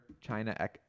China